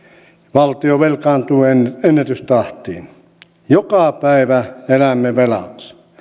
valtio velkaantuu ennätystahtiin joka päivä elämme velaksi